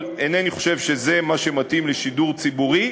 אבל אינני חושב שזה מה שמתאים לשידור ציבורי.